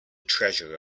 treasure